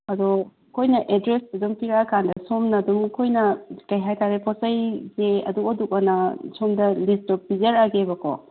ꯑꯗꯣ ꯑꯩꯈꯣꯏꯅ ꯑꯦꯗ꯭ꯔꯦꯁꯇꯨꯗꯪ ꯄꯤꯔꯛꯑꯀꯥꯟꯗ ꯁꯣꯝꯅ ꯁꯨꯝ ꯀꯔꯤ ꯍꯥꯏꯇꯥꯔꯦ ꯄꯣꯠ ꯆꯩꯁꯦ ꯑꯗꯨꯛ ꯑꯗꯨꯛꯑꯅ ꯂꯤꯁꯇꯨ ꯄꯤꯖꯔꯛꯑꯒꯦꯕꯀꯣ